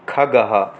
खगः